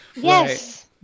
Yes